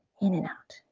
in and out.